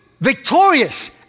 victorious